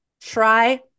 Try